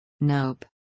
Nope